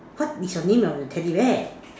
what is your name of your teddy bear